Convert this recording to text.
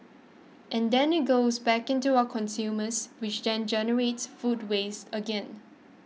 and then it goes back into our consumers which then generates food waste again